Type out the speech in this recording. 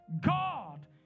God